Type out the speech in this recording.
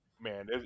man